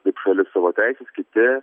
kaip šalis savo teises kiti